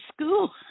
school